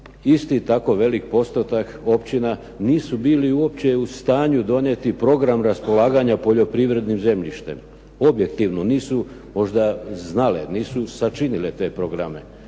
isti tako velik postotak općina nisu bili uopće u stanju donijeti program raspolaganja poljoprivrednim zemljištem. Objektivno. Nisu možda znale, nisu sačinile te programe.